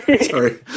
Sorry